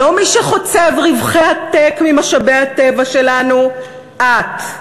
לא מי שחוצב רווחי עתק ממשאבי הטבע שלנו, את.